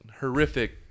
horrific